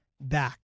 back